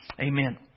Amen